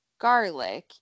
garlic